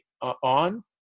on